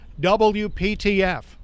WPTF